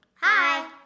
Hi